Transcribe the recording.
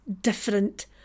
different